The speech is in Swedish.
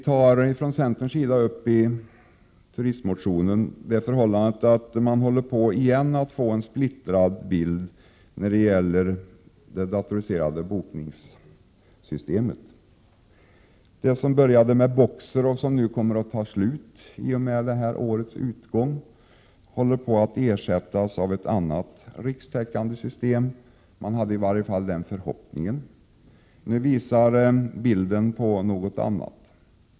Vi från centern tar i turistmotionen upp det förhållandet att man nu igen håller på att få en splittrad bild när det gäller det datoriserade bokningssystemet. Det som började med BOKSER, som skall avslutas i och med detta års utgång, håller på att ersättas av ett annat rikstäckande system. Man har i varje fall den förhoppningen. Nu är bilden en helt annan.